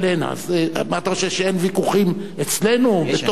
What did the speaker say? מה אתה חושב, שאין ויכוחים אצלנו בתוכנו?